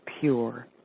pure